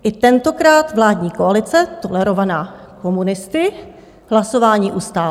I tentokrát vládní koalice tolerovaná komunisty hlasování ustála.